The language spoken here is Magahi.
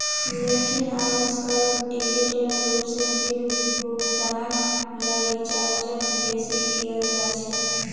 लेकिन आयेजकल डिजिटल रूप से बिल भुगतान या रीचार्जक बेसि कियाल जा छे